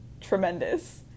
tremendous